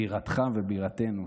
בירתך ובירתנו.